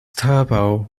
turbo